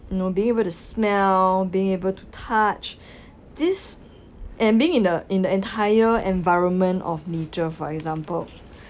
you know being able to smell being able to touch this and being in the in the entire environment of nature for example